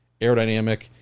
aerodynamic